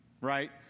right